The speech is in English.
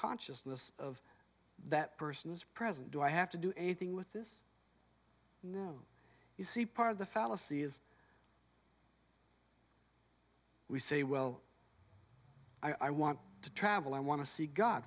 consciousness of that person is present do i have to do anything with this you see part of the fallacy is we say well i want to travel i want to see god